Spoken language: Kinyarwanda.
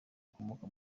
akomoka